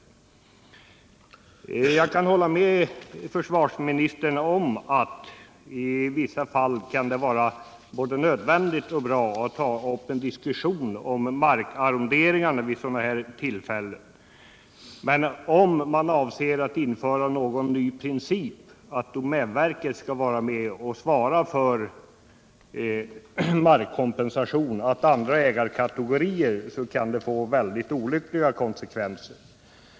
Jag vill hålla med försvarsministern om att det i vissa fall kan vara både nödvändigt och bra att ta upp en diskussion om markarrondering vid sådana här tillfällen. Men om man avser att införa någon ny princip om att domänverket skall vara med och svara för en markkompensation gentemot andra ägarkategorier kan det få väldigt olyckliga konsekvenser.